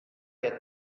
get